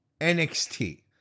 NXT